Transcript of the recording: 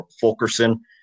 Fulkerson